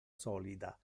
solida